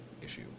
issue